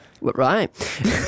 Right